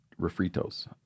refritos